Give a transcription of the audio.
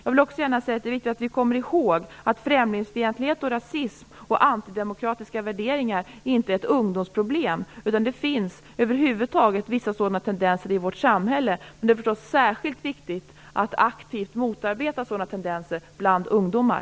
Det är också viktigt att vi kommer ihåg att främlingsfientlighet, rasism och antidemokratiska värderingar inte är något ungdomsproblem. Det finns vissa sådana tendenser i vårt samhälle över huvud taget, men det är förstås särskilt viktigt att aktivt motarbeta dem bland ungdomar.